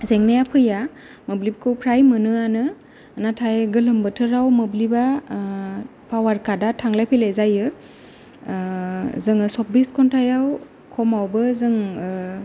जेंनाया फैया मोब्लिबखौ फ्राय मोनोआनो नाथाय गोलोम बोथाराव मोब्लिबा पावार काथआ थांलाय फैलाय जायो जोङो चब्बिस घन्टायाव खमावबो जों